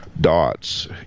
dots